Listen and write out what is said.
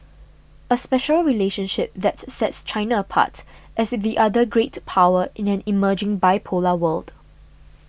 a special relationship that sets China apart as the other great power in an emerging bipolar world